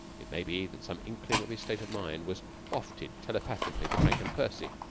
it may be that some inkling of his state of mind was wafted telepathically to frank and percy,